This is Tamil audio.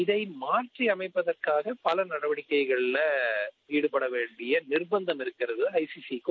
இதனை மாற்றி அமைப்புற்காக பல நடவடிக்கைகளில் ஈடுபடவேண்டிய நிர்ப்பந்தம் இருக்கிறது ஜ சி சி க்கும்